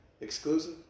exclusive